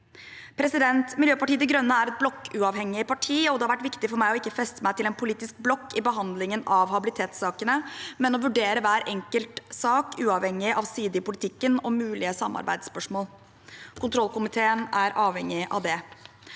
i mål. Miljøpartiet De Grønne er et blokkuavhengig parti, og det har vært viktig for meg ikke å feste meg til en politisk blokk i behandlingen av habilitetssakene, men vurdere hver enkelt sak uavhengig av side i politikken og mulige samarbeidsspørsmål. Kontrollkomiteen er avhengig av det.